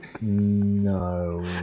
no